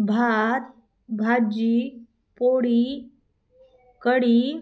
भात भाजी पोळी कढी